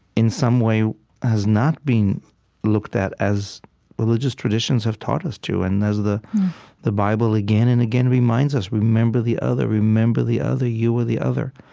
in some way has not been looked at as religious traditions have taught us to and as the the bible again and again reminds us remember the other. remember the other. you were the other.